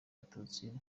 abatutsi